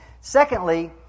Secondly